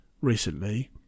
recently